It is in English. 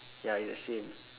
ya it's the same